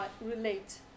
relate